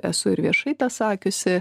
esu ir viešai tą sakiusi